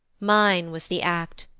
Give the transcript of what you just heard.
mine was the act,